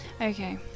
okay